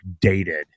dated